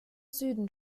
süden